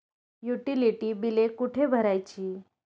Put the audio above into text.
Utility बिले कुठे भरायची?